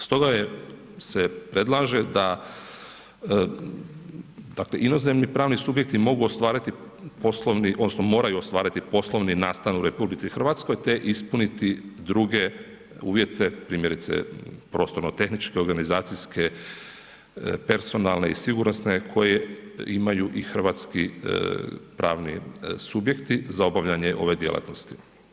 Stoga se predlaže da dakle inozemni pravni subjekti moraju ostvariti poslovni nastan u RH te ispuniti druge uvjete, primjerice prostorno tehničke, organizacijske, personalne i sigurnosne koje imaju i hrvatski pravni subjekti za obavljanje ove djelatnosti.